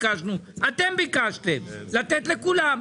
כשביקשתם לתת לכולם,